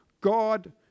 God